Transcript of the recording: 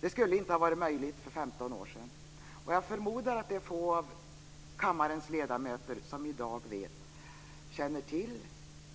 Det skulle inte ha varit möjligt för 15 år sedan. Jag förmodar att det är få av kammarens ledamöter som känner till